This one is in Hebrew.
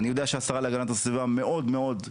אני יודע שהשרה להגנת הסביבה מאוד על